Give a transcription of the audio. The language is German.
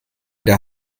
der